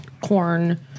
corn